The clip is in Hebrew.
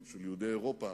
של יהודי אירופה,